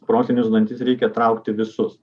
protinius dantis reikia traukti visus